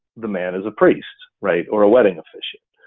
the man is a priest right, or a wedding officiant.